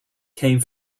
came